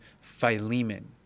Philemon